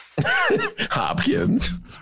Hopkins